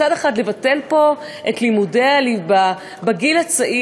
מצד אחד לבטל פה את לימודי הליבה בגיל הצעיר,